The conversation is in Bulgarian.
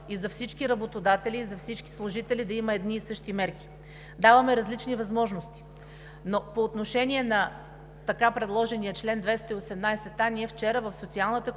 за всички работодатели и за всички служители да има едни и същи мерки, а даваме различни възможности. По отношение на така предложения чл. 218а вчера в Социалната